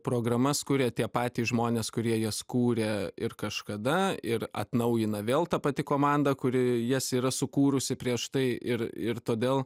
programas kuria tie patys žmonės kurie jas kūrė ir kažkada ir atnaujina vėl ta pati komanda kuri jas yra sukūrusi prieš tai ir ir todėl